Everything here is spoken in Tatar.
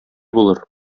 булыр